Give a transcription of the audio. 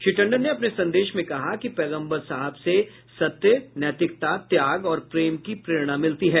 श्री टंडन ने अपने संदेश में कहा कि पैगम्बर साहब से सत्य नैतिकता त्याग और प्रेम की प्रेरणा मिलती है